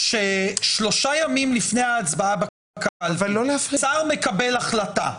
שלושה ימים לפני ההצבעה בקלפי, שר מקבל החלטה.